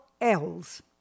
L's